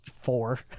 four